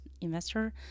investor